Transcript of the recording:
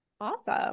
Awesome